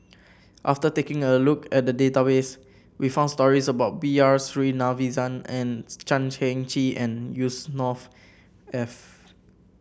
after taking a look at the database we found stories about B R Sreenivasan and Chan Heng Chee and Yusnor Ef